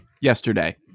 yesterday